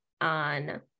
on